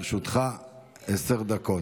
תודה.